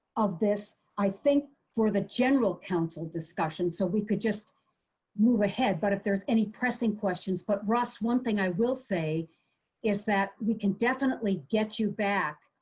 of this, i think, for the general counsel discussion. so we could just move ahead. but if there's any pressing questions. but russ. one thing i will say is that we can definitely get you back